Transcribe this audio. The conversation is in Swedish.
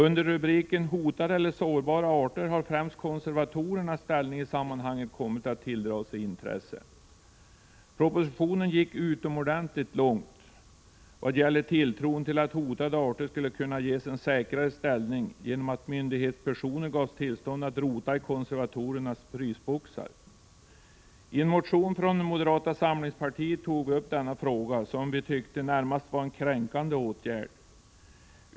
Under rubriken Hotade eller sårbara arter har främst konservatorernas ställning varit av intresse. Propositionen gick utomordentligt långt vad gäller tilltron till att hotade arter skulle kunna ges en säkrare ställning genom att myndighetspersoner fick tillstånd att rota i konservatorernas frysboxar. I en motion från moderata samlingspartiet tog vi upp detta förslag — vi tyckte att det närmast var fråga om en kränkande åtgärd.